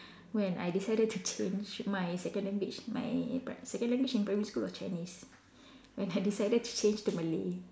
when I decided to change my second language my pri~ second language in primary school was Chinese when I decided to change to Malay